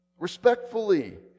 respectfully